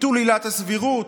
ביטול עילת הסבירות,